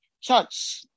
church